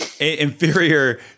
inferior